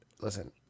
listen